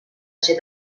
ser